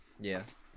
Yes